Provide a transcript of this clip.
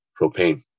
propane